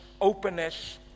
openness